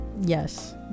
Yes